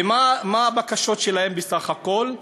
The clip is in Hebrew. ומה הבקשות שלהן בסך הכול?